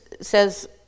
says